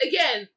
Again